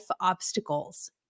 obstacles